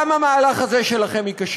גם המהלך הזה שלכם ייכשל.